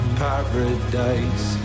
paradise